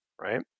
right